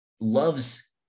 loves